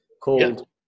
called